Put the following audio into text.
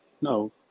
no